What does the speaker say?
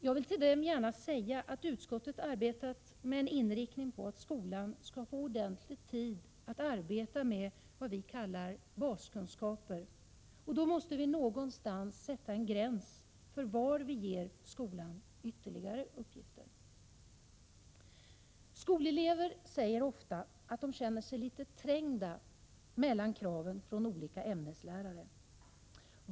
Jag vill till dem gärna säga att utskottet arbetat med en inriktning på att skolan skall få ordentligt med tid för att arbeta med vad vi kallar baskunskaper, och då måste vi någonstans sätta en gräns för var vi ger skolan ytterligare uppgifter. Skolelever säger ofta att de känner sig litet trängda mellan kraven från olika ämneslärare.